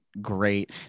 great